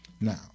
Now